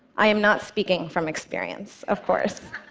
i am not speaking from experience, of course.